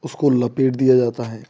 उसको लपेट दिया जाता है